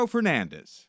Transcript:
Fernandez